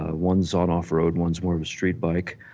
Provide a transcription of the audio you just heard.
ah ones on off road, ones more of a street bike.